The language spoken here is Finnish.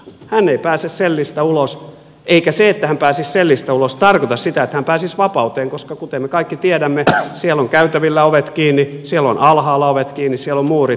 hän ei pääse sellistä ulos eikä se että hän pääsisi sellistä ulos tarkoita sitä että hän pääsisi vapauteen koska kuten me kaikki tiedämme siellä on käytävillä ovet kiinni siellä on alhaalla ovet kiinni siellä on muurit vankilan ympärillä